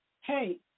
hey